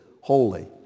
holy